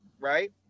right